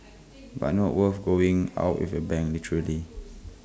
but not worth going out with A bang literally